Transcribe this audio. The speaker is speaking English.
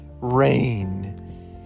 rain